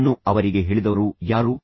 ಇದನ್ನು ಅವರಿಗೆ ಹೇಳಿದವರು ಯಾರು